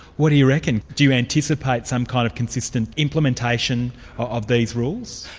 what do you reckon? do you anticipate some kind of consistent implementation of these rules?